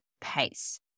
pace